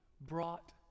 brought